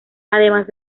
además